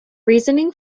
reasoning